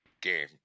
game